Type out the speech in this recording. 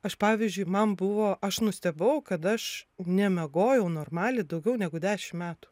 aš pavyzdžiui man buvo aš nustebau kad aš nemiegojau normaliai daugiau negu dešim metų